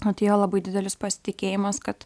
atėjo labai didelis pasitikėjimas kad